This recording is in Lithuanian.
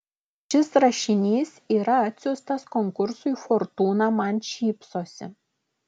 šis rašinys yra atsiųstas konkursui fortūna man šypsosi